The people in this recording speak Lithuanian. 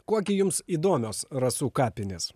kuo gi jums įdomios rasų kapinės